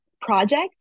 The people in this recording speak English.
project